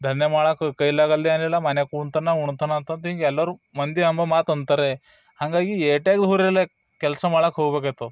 ದಂಧೆ ಮಾಡಕ್ಕೆ ಇವರ ಕೈಯಾಲ್ಲಾಗಲ್ದು ಏನಿಲ್ಲ ಮನೆಗೆ ಕುಂತಾನ ಉಣ್ತಾನ ಅಂತಂದು ಹೀಗೆಲ್ಲರು ಮಂದಿ ಅಂಬೋ ಮಾತು ಅಂತಾರೆ ಹಾಗಾಗಿ ಏಟೇ ದೂರ ಇರಲಿ ಕೆಲಸ ಮಾಡಕ್ಕೆ ಹೋಗ್ಬೇಕಾಯ್ತದೆ